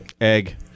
Egg